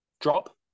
drop